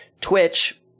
Twitch